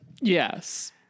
Yes